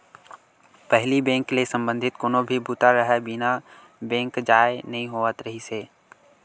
पहिली बेंक ले संबंधित कोनो भी बूता राहय बिना बेंक जाए नइ होवत रिहिस हे